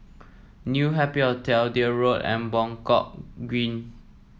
New Happy Hotel Deal Road and Buangkok Green